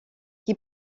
qui